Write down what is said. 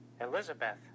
Elizabeth